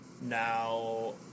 Now